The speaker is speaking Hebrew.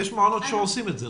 יש מעונות שעושים את זה.